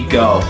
go